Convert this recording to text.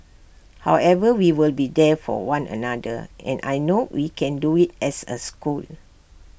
however we will be there for one another and I know we can do IT as A school